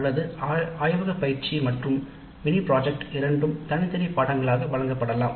அல்லது ஆயுதப் பயிற்சி மற்றும் கூடுதலாக மினி ப்ராஜெக்ட் வழங்கப்படலாம் அல்லது ஒரு தனி பாடமாக வழங்கப்படலாம்